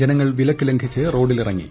ജനങ്ങൾ വിലക്ക് ലംഘിച്ച് റോഡിലിറങ്ങി